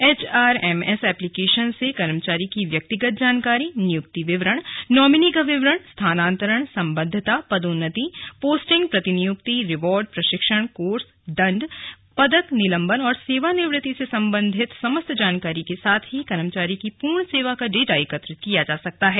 HRMS application से कर्मचारी की व्यक्तिगत जानकारी नियुक्ति विवरण नॉमिनी का विवरण स्थानांतरण सम्बद्धता पदोन्नति पोस्टिंग प्रतिनियुक्ति रिवार्ड प्रशिक्षण कोर्स दण्ड पदक निलंबन सेवानिवृत्ति से सम्बन्धित समस्त जानकारी के साथ ही कर्मचारी की पूर्ण सेवा का डेटा एकत्रित किया जा सकता है